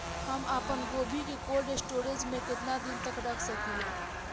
हम आपनगोभि के कोल्ड स्टोरेजऽ में केतना दिन तक रख सकिले?